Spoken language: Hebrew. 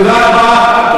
תודה רבה.